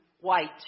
white